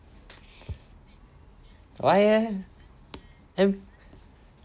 why leh then